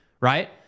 right